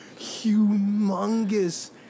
humongous